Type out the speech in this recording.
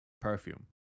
perfume